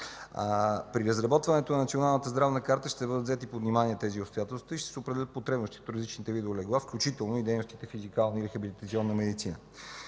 При разработването на Националната здравна карта ще бъдат взети под внимание тези обстоятелства и ще се определят потребностите при различните видове легла, включително и дейностите по физикална и рехабилитационна медицина.